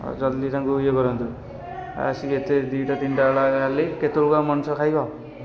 ହେଉ ଜଲ୍ଦି ତାଙ୍କୁ ଇଏ କରନ୍ତୁ ଆସିକି ଏତେ ଦୁଇଟା ତିନିଟା ବେଳ ହେଲାଣି କେତେବେଳକୁ ଆଉ ମଣିଷ ଖାଇବ